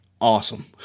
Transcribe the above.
awesome